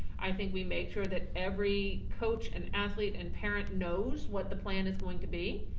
i think we made sure that every coach and athlete and parent knows what the plan is going to be.